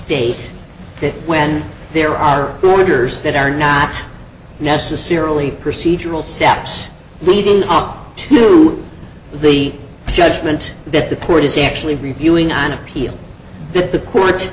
state that when there are orders that are not necessarily procedural steps leading up to the judgment that the court is actually reviewing on appeal that the court